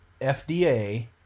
FDA